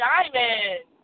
Diamond